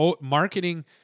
marketing